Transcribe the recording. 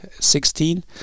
sixteen